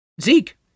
Zeke